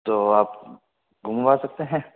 तो आप घुमा सकते हैं